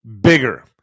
bigger